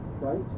right